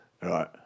Right